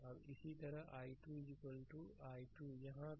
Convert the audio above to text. अब इसी तरह i 2 i 2 यहाँ है